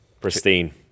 pristine